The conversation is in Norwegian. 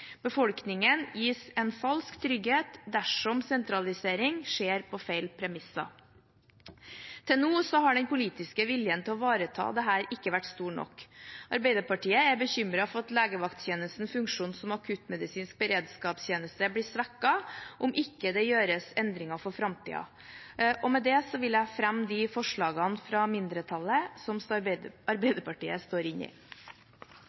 Befolkningen gis en falsk trygghet dersom sentralisering skjer på feil premisser. Til nå har den politiske viljen til å ivareta dette ikke vært stor nok. Arbeiderpartiet er bekymret for at legevakttjenestens funksjon som akuttmedisinsk beredskapstjeneste blir svekket om det ikke gjøres endringer for framtiden. Med det vil jeg fremme det forslaget fra mindretallet som Arbeiderpartiet står inne i.